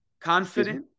confident